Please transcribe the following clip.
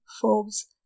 Forbes